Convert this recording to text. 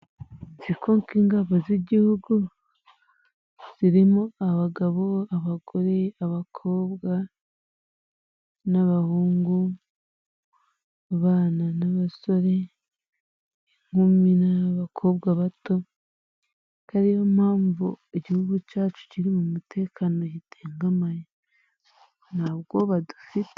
Ingabo z'igihugu zirimo abagabo, abagore, abakobwa, abahungu, abasore n'inkumi, abakobwa bato. Ari ariyo mpamvu igihugu cyacu kirimo umutekano gitengamaye, ntabwoba dufite.